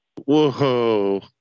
whoa